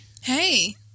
Hey